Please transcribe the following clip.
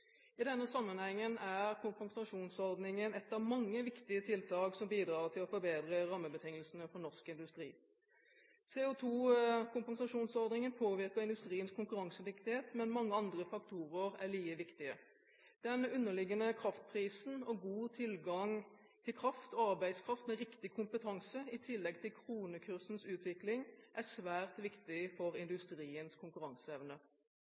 I denne sammenhengen er kompensasjonsordningen ett av mange viktige tiltak som bidrar til å forbedre rammebetingelsene for norsk industri. CO2-kompensasjonsordningen påvirker industriens konkurransedyktighet, men mange andre faktorer er like viktige. Den underliggende kraftprisen og god tilgang til kraft og arbeidskraft med riktig kompetanse, i tillegg til kronekursens utvikling, er svært viktig for industriens konkurranseevne.